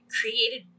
created